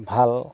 ভাল